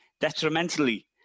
detrimentally